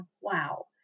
wow